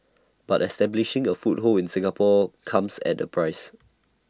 but establishing A foothold in Singapore comes at A price